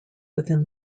within